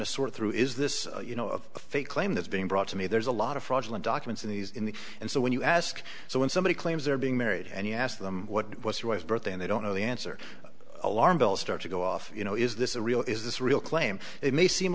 to sort through is this you know a fake claim that's being brought to me there's a lot of fraudulent documents in these in the and so when you ask so when somebody claims they're being married and you ask them what was your wife's birthday and they don't know the answer alarm bells start to go off you know is this a real is this real claim it may seem